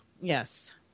Yes